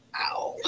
Ow